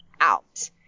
out